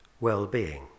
well-being